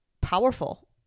powerful